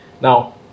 Now